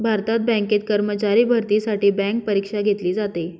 भारतात बँकेत कर्मचारी भरतीसाठी बँक परीक्षा घेतली जाते